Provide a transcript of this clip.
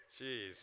Jeez